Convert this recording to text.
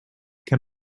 can